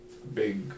big